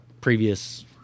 previous